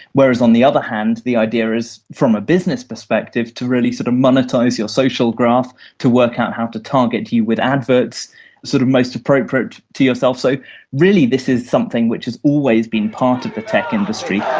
whereas on the other hand the idea is, from a business perspective, to really sort of monetise your social graph to work out how to target you with adverts sort of most appropriate to yourself. so really this is something which has always been part of the tech industry.